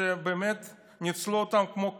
שבאמת ניצלו אותם כמו קונדום,